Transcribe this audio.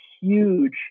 huge